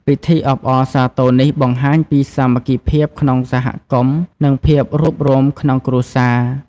ពិធីអបអរសាទរនេះបង្ហាញពីសាមគ្គីភាពក្នុងសហគមន៍ និងភាពរួបរួមក្នុងគ្រួសារ។